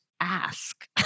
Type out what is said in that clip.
ask